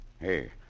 Hey